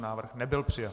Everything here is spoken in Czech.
Návrh nebyl přijat.